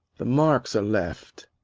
the marks are left.